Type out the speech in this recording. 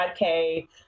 5k